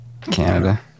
Canada